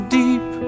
deep